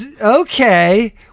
Okay